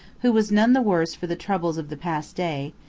who was none the worse for the troubles of the past day,